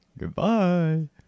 Goodbye